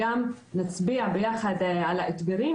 גם נצביע ביחד על האתגרים,